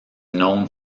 known